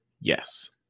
Yes